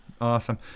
awesome